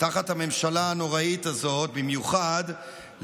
תחת הממשלה הנוראית הזאת במיוחד,